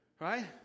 Right